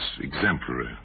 exemplary